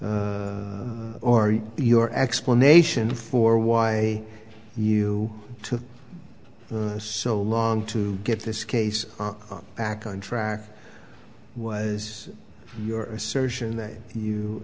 or your explanation for why you took so long to get this case back on track was you